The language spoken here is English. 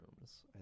rooms